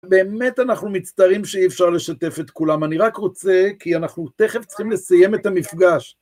באמת אנחנו מצטערים שאי אפשר לשתף את כולם, אני רק רוצה, כי אנחנו תכף צריכים לסיים את המפגש.